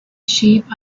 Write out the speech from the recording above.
sheep